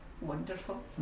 Wonderful